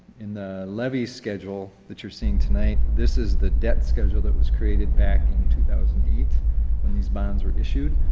in the levy schedule that you're seeing tonight, this is the debt schedule that was created back in two thousand and eight when these bonds were issued.